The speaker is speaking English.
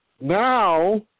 Now